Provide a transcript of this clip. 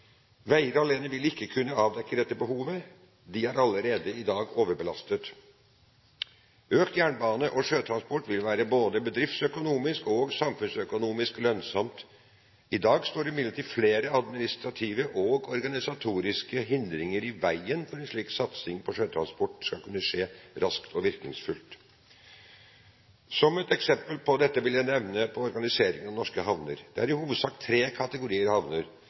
alene vil ikke kunne klare å dekke dette behovet, de er allerede i dag overbelastet. Økt jernbane- og sjøtransport vil være både bedriftsøkonomisk og samfunnsøkonomisk lønnsomt. I dag står imidlertid flere administrative og organisatoriske hindringer i veien for at en slik satsing på sjøtransport skal kunne skje raskt og virkningsfullt. Som et eksempel på dette vil jeg nevne organiseringen av norske havner. Det er i hovedsak tre kategorier havner: